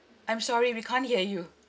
I'm sorry we can't hear you